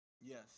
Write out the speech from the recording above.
Yes